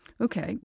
Okay